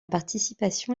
participation